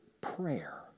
prayer